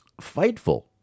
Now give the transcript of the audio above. Fightful